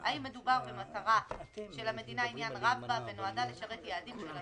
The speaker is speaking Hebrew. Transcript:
האם מדובר במטרה שלמדינה עניין רב בה ונועדה לשרת יעדים של המדינה,